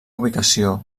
ubicació